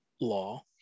law